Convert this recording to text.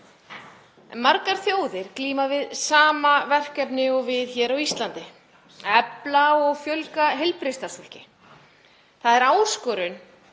Margar þjóðir glíma við sama verkefni og við hér á Íslandi; að efla og fjölga heilbrigðisstarfsfólki. Það er áskorun